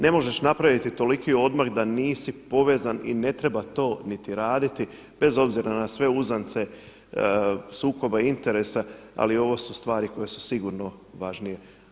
Ne možeš napraviti toliki odmak da nisi povezan i ne treba to niti raditi, bez obzira na sve uzdance sukoba interesa, ali ovo su stvari koje su sigurno važnije.